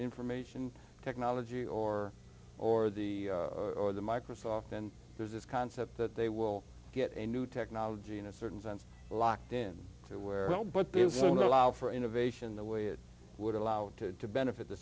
information technology or or the or the microsoft and there's this concept that they will get a new technology in a certain sense locked in where well but there's still no allow for innovation the way it would allow to to benefit the